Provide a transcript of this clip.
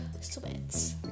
sweats